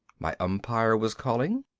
my umpire was calling.